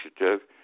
Initiative